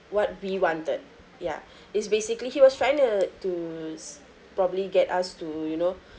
what we wanted ya it's basically he was trying to to s~ probably get us to you know